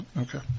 Okay